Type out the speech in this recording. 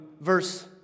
verse